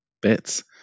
bits